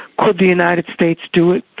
could the united states do it?